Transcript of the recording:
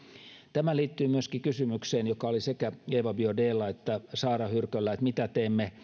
tämä liittyy myöskin kysymykseen joka oli sekä eva biaudetlla että saara hyrköllä että mitä teemme